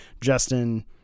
Justin